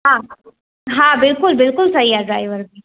हा हा बिल्कुलु बिल्कुलु सही आहे ड्राइवर